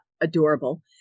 adorable